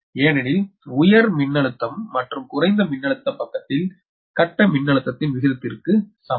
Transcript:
ஏனெனில் உயர் மின்னழுத்தம் மற்றும் குறைந்த மின்னழுத்த பக்கத்தில் கட்ட மின்னழுத்தத்தின் விகிதத்திற்கு சமம்